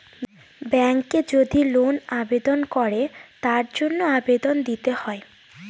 ব্যাঙ্কে যদি লোন আবেদন করে তার জন্য আবেদন দিতে হয়